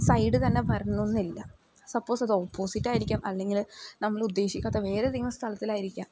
side തന്നെ വരണമെന്നില്ല suppose അത് ഓപ്പോസിറ്റ് ആയിരിക്കാം അല്ലെങ്കിൽ നമ്മളുദ്ദേശിക്കാത്ത വേറേതെങ്കിലും സ്ഥലത്തിലായിരിക്കാം